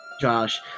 Josh